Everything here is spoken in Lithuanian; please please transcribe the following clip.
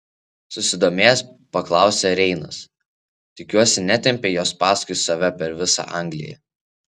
susidomėjęs paklausė reinas tikiuosi netempei jos paskui save per visą angliją